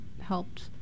helped